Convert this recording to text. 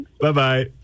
Bye-bye